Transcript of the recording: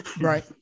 Right